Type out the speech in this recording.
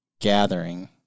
gathering